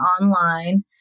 online